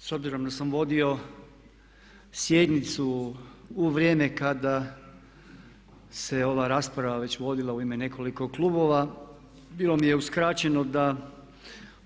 S obzirom da sam vodio sjednicu u vrijeme kada se ova rasprava već vodila u ime nekoliko klubova bilo mi je uskraćeno da